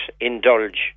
indulge